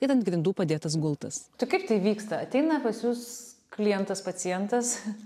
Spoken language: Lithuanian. ir ant grindų padėtas gultas kaip tai vyksta ateina pas jus klientas pacientas